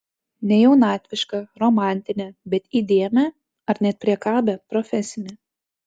ne jaunatvišką romantinę bet įdėmią ar net priekabią profesinę